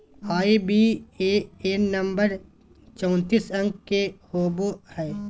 IBAN number चौतीस अंक के होवो हय